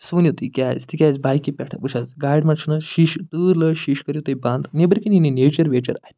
سُہ ؤنِو تُہۍ کیٛازِ تِکیٛازِ بایکہِ پٮ۪ٹھ وُچھ حظ گاڈِ منٛز چھِ نَہ حظ شیٖشہٕ تۭر لٔجۍ شیٖشہٕ کٔرِو تُہۍ بَنٛد نیٚبٕرۍ کِنۍ یی نہٕ نیچر ویچر اَتھہِ